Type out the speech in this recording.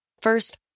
First